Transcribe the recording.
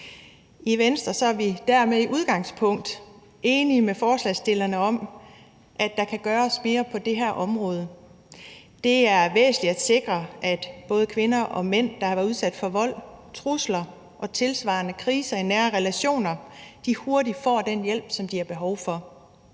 I Venstre er vi dermed i udgangspunktet enige med forslagsstillerne i, at der kan gøres mere på det her område. Det er væsentligt at sikre, at både kvinder og mænd, der har været udsat for vold, trusler og tilsvarende kriser i nære relationer, hurtigt får den hjælp, som de har behov for.